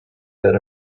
that